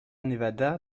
nevada